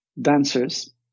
dancers